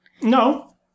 No